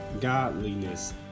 godliness